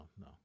no